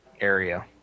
area